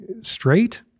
straight